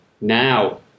now